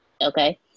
Okay